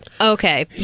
Okay